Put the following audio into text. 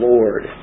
Lord